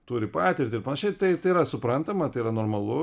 turi patirtį ir panašiai tai tai yra suprantama tai yra normalu